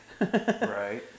right